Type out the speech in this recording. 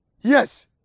Yes